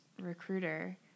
recruiter